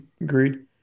Agreed